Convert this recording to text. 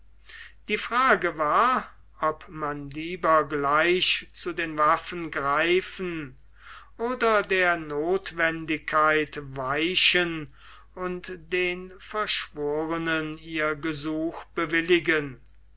die frage war ob man lieber gleich zu den waffen greifen oder der notwendigkeit weichen und den verschworenen ihr gesuch bewilligen